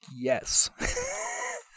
Yes